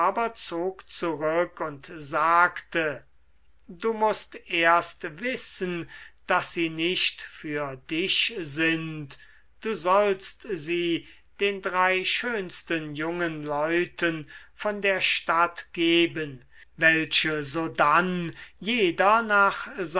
zurück und sagte du mußt erst wissen daß sie nicht für dich sind du sollst sie den drei schönsten jungen leuten von der stadt geben welche sodann jeder nach